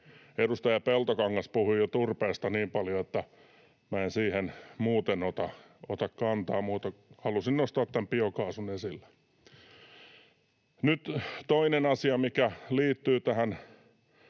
Edustaja Peltokangas puhui jo turpeesta niin paljon, että minä en siihen muuten ota kantaa, mutta halusin nostaa tämän biokaasun esille. Nyt toinen asia, mikä liittyy tähän